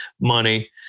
money